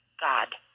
God